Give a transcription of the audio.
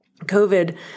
COVID